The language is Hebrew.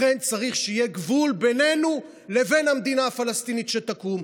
לכן צריך שיהיה גבול בינינו לבין המדינה הפלסטינית שתקום.